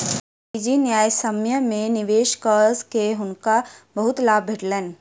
निजी न्यायसम्य में निवेश कअ के हुनका बहुत लाभ भेटलैन